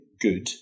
good